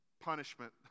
punishment